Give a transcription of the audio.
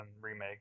remake